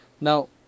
Now